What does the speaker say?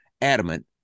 adamant